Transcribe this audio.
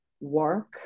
work